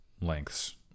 lengths